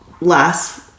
last